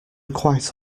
quite